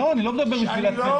אני לא מדבר בשביל עצמי,